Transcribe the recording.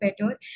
better